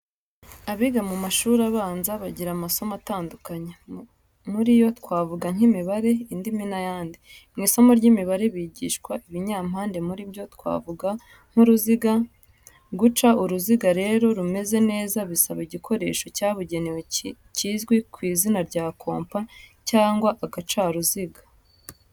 Abiga mumashuri abanza bagira amasomo atandukanye, muri yo twavuga nk'imibare, indimi n'ayandi. Mu isomo ry'imibare bigishwa ibinyampande muri byo twavugamo nk'uruziga. Guca uruziga rero rumeze neza bisaba igikoresho cyabugenewe kizwi ku izina rya kompa cyangwa agacaruziga.